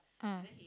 mm